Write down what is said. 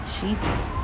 Jesus